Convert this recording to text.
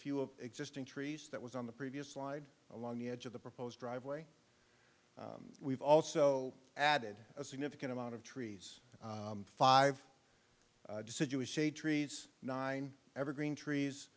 few of existing trees that was on the previous slide along the edge of the proposed driveway we've also added a significant amount of trees five deciduous shade trees nine evergreen trees